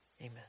Amen